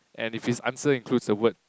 and if his answer includes the word